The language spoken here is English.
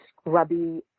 scrubby